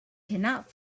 cannot